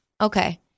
Okay